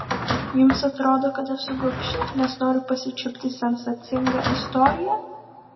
jums atrodo kad esu gobši nes noriu pasičiupti sensacingą istoriją